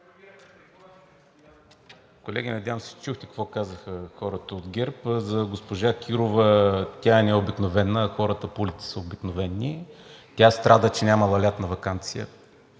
Колеги, надявам се, чухте какво казаха хората от ГЕРБ за госпожа Кирова – тя е необикновена, а хората по улиците са обикновени. Тя страда, че нямала лятна ваканция.